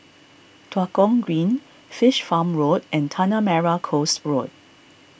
Tua Kong Green Fish Farm Road and Tanah Merah Coast Road